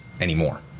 anymore